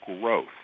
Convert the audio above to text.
growth